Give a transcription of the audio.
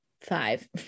five